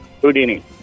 Houdini